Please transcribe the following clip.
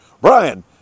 Brian